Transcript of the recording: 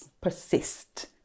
persist